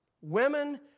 Women